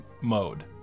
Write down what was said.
mode